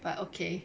but okay